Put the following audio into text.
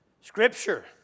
Scripture